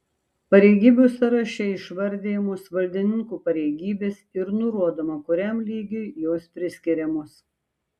pareigybių sąraše išvardijamos valdininkų pareigybės ir nurodoma kuriam lygiui jos priskiriamos